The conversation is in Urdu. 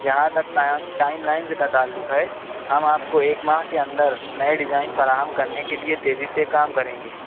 جہاں تک تائیں ٹائم لائنز کا تعلق ہے ہم آپ کو ایک ماہ کے اندر نئے ڈیزائن فراہم کرنے کے لیے تیزی سے کام کریں گے